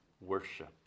worship